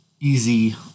easy